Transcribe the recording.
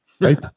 right